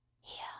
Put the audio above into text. Here